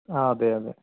ആ അതെയതെ